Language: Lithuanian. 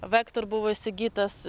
vektor buvo įsigytas